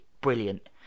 brilliant